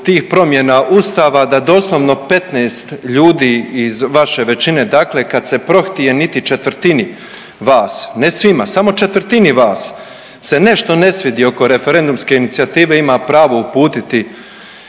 Ustava da doslovno 15 ljudi iz vaše većine dakle kad se prohtje dakle niti četvrtini vas, ne svima, samo četvrtini vas se nešto ne svidi oko referendumske inicijative ima pravo uputiti